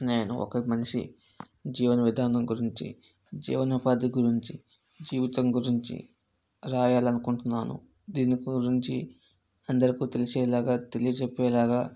నేను ఒక మనిషి జీవన విధానం గురించి జీవన ఉపాధి గురించి జీవితం గురించి రాయాలనుకుంటున్నాను దీని గురించి అందరికీ తెలిసేలాగా తెలియచెప్పేలాగా